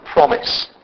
promise